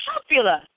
popular